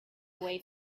away